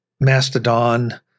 Mastodon